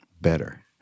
better